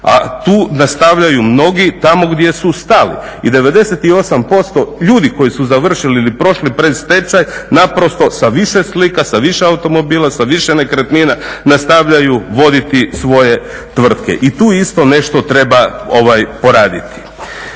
a tu nastavljaju mnogi tamo gdje su stali. I 98% ljudi koji su završili ili prošli predstečaj naprosto sa više slika, sa više automobila, sa više nekretnina nastavljaju voditi svoje tvrtke. I tu isto nešto treba poraditi.